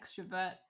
extrovert